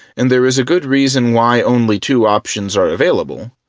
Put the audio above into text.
and there is a good reason why only two options are available,